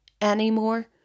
anymore